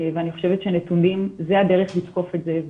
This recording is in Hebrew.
ואני חושבת שנתונים היא הדרך לתקוף את זה,